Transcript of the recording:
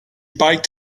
biked